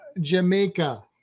Jamaica